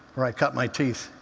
where i cut my teeth.